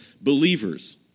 believers